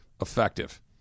effective